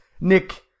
Nick